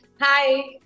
Hi